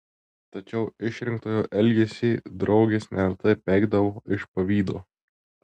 tačiau išrinktojo elgesį draugės neretai peikdavo iš pavydo